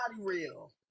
real